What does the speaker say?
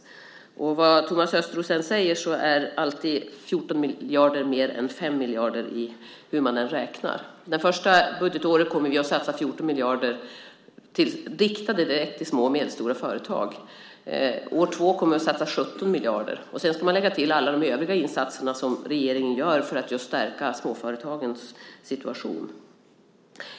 Vad Thomas Östros än säger så är alltid 14 miljarder mer än 5 miljarder, hur man än räknar. Det första budgetåret kommer vi att satsa 14 miljarder riktade direkt till små och medelstora företag. År 2 kommer vi att satsa 17 miljarder. Sedan ska man lägga till alla de övriga insatser som regeringen gör för att just stärka småföretagens situation.